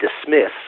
Dismiss